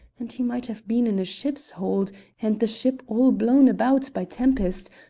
and he might have been in a ship's hold and the ship all blown about by tempest,